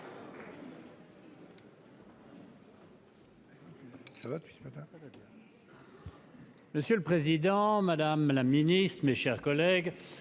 Monsieur le président, madame la ministre, mes chers collègues,